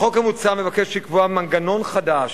החוק המוצע מבקש לקבוע מנגנון חדש